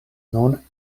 nun